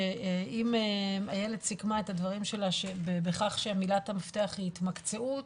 שאם איילת סיכמה את הדברים שלה בכך שמילת המפתח היא התמקצעות,